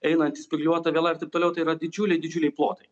einantis spygliuota viela ir taip toliau tai yra didžiuliai didžiuliai plotai